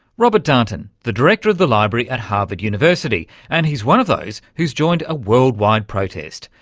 robert darnton, the director of the library at harvard university, and he's one of those who's joined a worldwide protest,